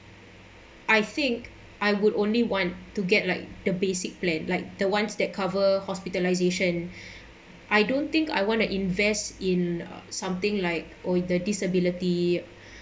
I think I would only want to get like the basic plan like the ones that cover hospitalisation I don't think I want to invest in something like or the disability